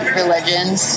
religions